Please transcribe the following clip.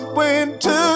winter